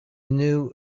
new